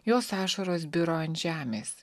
jos ašaros biro ant žemės